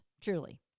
Truly